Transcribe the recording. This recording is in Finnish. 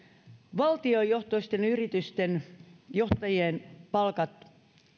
valtiojohtoisten yritysten johtajien palkat